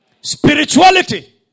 Spirituality